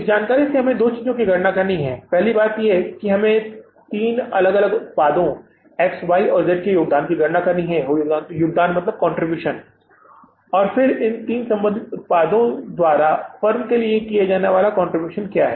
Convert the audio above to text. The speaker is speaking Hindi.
इस जानकारी से हमें दो चीजों की गणना करनी होगी पहली बात हमें इन तीन अलग अलग उत्पादों एक्स वाई और जेड के योगदान की गणना करना है फिर इन तीन संबंधित उत्पादों द्वारा फर्म के लाभ के लिए योगदान क्या है